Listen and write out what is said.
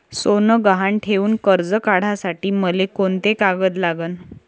सोनं गहान ठेऊन कर्ज काढासाठी मले कोंते कागद लागन?